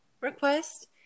request